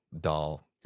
doll